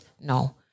No